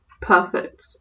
perfect